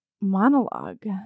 monologue